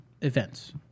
events